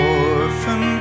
orphan